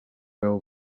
veu